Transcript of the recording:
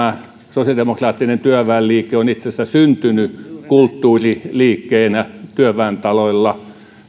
sosiaalidemokraattinen työväenliike on itse asiassa syntynyt kulttuuriliikkeenä työväentaloilla